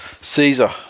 Caesar